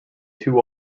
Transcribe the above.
two